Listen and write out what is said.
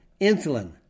insulin